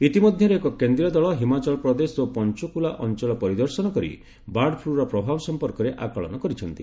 ଇତିମଧ୍ୟରେ ଏକ କେନ୍ଦ୍ରୀୟ ଦଳ ହିମାଚଳ ପ୍ରଦେଶ ଓ ପଞ୍ଚକୁଲା ଅଞ୍ଚଳ ପରିଦର୍ଶନ କରି ବାର୍ଡଫ୍ଲର ପ୍ରଭାବ ସଫପର୍କରେ ଆକଳନ କରିଛନ୍ତି